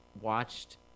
watched